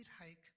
hike